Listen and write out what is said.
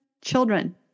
children